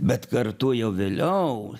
bet kartu jau vėliau